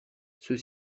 ceux